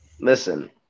Listen